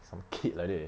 some kid like that eh